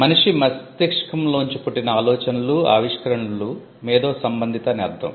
మనిషి మస్తిష్కం లోంచి పుట్టిన ఆలోచనలుఆవిష్కరణలు 'మేధో సంబందిత అని అర్ధం